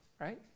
right